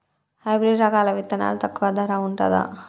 Hybrid రకాల విత్తనాలు తక్కువ ధర ఉంటుందా?